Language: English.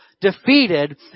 defeated